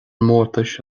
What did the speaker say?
mórtais